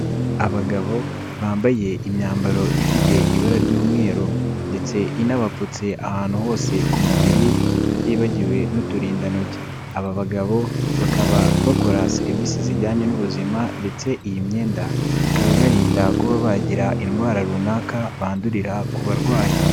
Abagabo bambaye imyambaro ifite ibara ry'umweru ndetse inabapfutse ahantu hose ku mubiri tutibagiwe n'uturindantoki, aba bagabo bakaba bakora serivisi zijyanye n'ubuzima ndetse iyi myenda ikaba ibarinda kuba bagira indwara runaka bandurira ku barwayi.